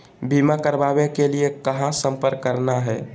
बीमा करावे के लिए कहा संपर्क करना है?